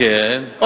מקובל עלי.